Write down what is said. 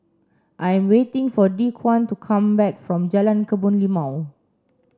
I'm waiting for Dequan to come back from Jalan Kebun Limau